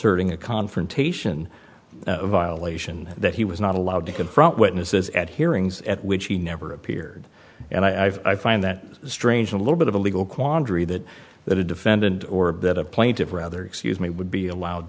asserting a confrontation a violation that he was not allowed to confront witnesses at hearings at which he never appeared and i find that strange a little bit of a legal quandary that that a defendant or a bit of plaintiffs rather excuse me would be allowed